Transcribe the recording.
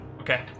okay